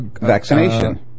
Vaccination